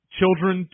children